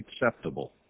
acceptable